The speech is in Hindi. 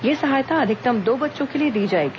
यह सहायता अधिकतम दो बच्चों के लिए दी जाएगी